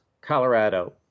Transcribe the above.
Colorado